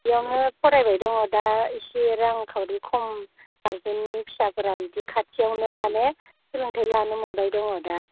बेयावनो फरायबाय दङ दा इसे रां खावरि खम गारजेननि फिसाफोरा बिदि खाथियावनो माने सोलोंथाय लानो मोनबाय दङ दा